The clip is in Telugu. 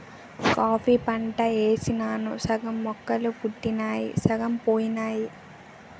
కాఫీ పంట యేసినాను సగం మొక్కలు పుట్టినయ్ సగం పోనాయి